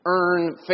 earn